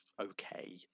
okay